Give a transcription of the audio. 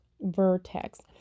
vertex